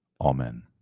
Amen